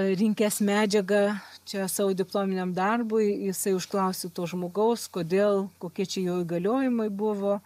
rinkęs medžiagą čia savo diplominiam darbui jisai užklausė to žmogaus kodėl kokie čia jo įgaliojimai buvo